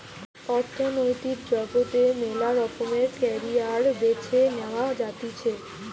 অর্থনৈতিক জগতে মেলা রকমের ক্যারিয়ার বেছে নেওয়া যাতিছে